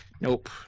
nope